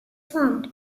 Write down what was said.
formed